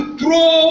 throw